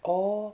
orh